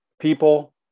people